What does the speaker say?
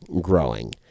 growing